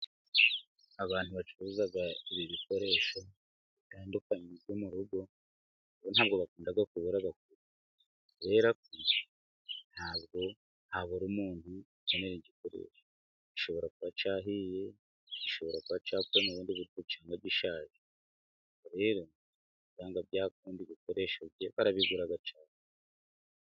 Abantu bacuruza ibi bikoresho bitandukanye byo mu rugo , bo ntabwo bakunda kubura abakiriya . Kubera ko ntabwo habura umuntu ukeneye igikoresho . Gishobora kuba cyahiye ,gishobora kwa cyapfuye mu bundi buryo cyangwa gishaje .Rero byanga byakunda, ibikoresho barabigura cyane.